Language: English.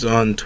on